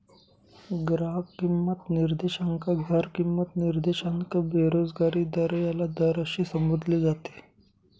ग्राहक किंमत निर्देशांक, घर किंमत निर्देशांक, बेरोजगारी दर याला दर असे संबोधले जाते